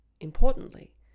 Importantly